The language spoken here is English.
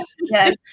Yes